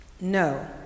No